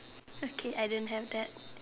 okay I didn't have that